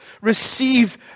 Receive